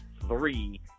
three